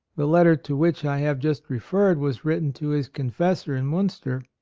the letter to which i have just referred was written to his confessor in miinster,